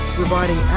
providing